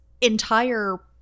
entire